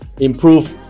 improve